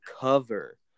cover